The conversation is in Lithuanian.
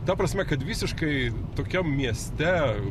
ta prasme kad visiškai tokiam mieste